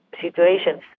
situations